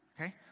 Okay